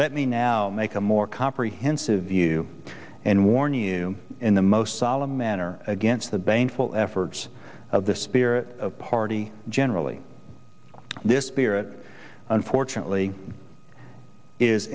let me now make a more comprehensive view and warn you in the most solemn manner against the bank full efforts of the spirit of party generally this spirit unfortunately is